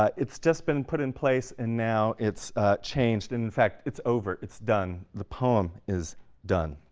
ah it's just been put in place and now it's ah changed and in fact it's over, it's done. the poem is done.